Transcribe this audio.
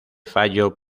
fallo